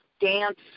dance